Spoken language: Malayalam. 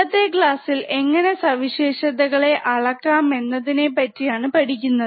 ഇന്നത്തെ ക്ലാസ്സിൽ എങ്ങനെ സവിശേഷതകളെ അളക്കാം എന്നതിനെപ്പറ്റി ആണ് പഠിക്കുന്നത്